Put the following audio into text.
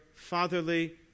Fatherly